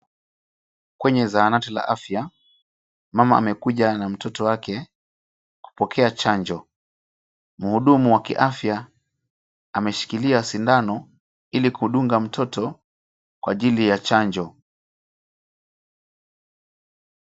Kwenye zahanati la afya, mama amekuja na mtoto wake kupokea chanjo. Mhudumu wa kiafya ameshikilia sindano ili kudunga mtoto kwa ajili ya chanjo.